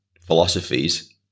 philosophies